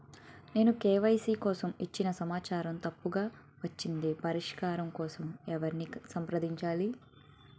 నేను కే.వై.సీ కోసం ఇచ్చిన సమాచారం తప్పుగా వచ్చింది పరిష్కారం కోసం ఎవరిని సంప్రదించాలి?